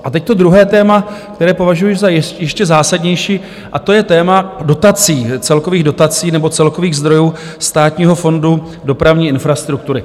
A teď druhé téma, které považuji za ještě zásadnější, a to je téma dotací, celkových dotací nebo celkových zdrojů Státního fondu dopravní infrastruktury.